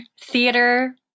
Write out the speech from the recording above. theater